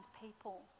people